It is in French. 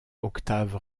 octave